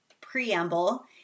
preamble